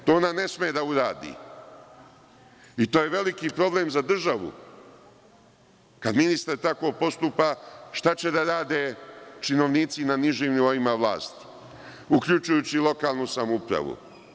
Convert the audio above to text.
To ne sme da uradi i to je veliki problem za državu, kada ministar tako postupa šta će da rade činovnici na nižim nivoima vlasti, uključujući i lokalnu samoupravu.